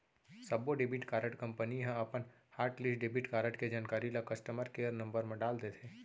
सब्बो debit card company ह अपन हॉटलिस्ट डेबिट कारड के जानकारी ल कस्टमर केयर नंबर म डाल देथे